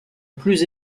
plus